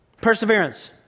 Perseverance